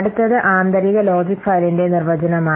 അടുത്തത് ആന്തരിക ലോജിക് ഫയലിന്റെ നിർവചനമാണ്